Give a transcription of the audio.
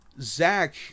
Zach